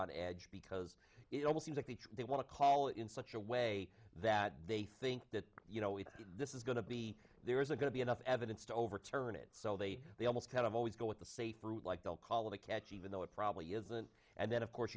on edge because it always seems like the they want to call in such a way that they think that you know if this is going to be there is a going to be enough evidence to overturn it so they they almost kind of always go with the safe route like they'll call it a catch even though it probably isn't and then of course